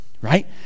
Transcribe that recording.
right